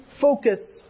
focus